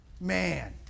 man